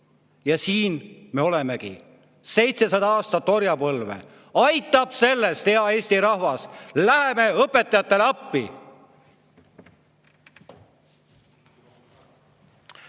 Ja siin me olemegi – 700 aastat orjapõlve. Aitab sellest, hea Eesti rahvas! Lähme õpetajatele appi!